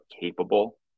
capable